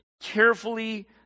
carefully